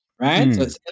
right